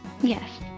Yes